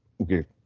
okay